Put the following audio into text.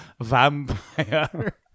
vampire